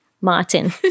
Martin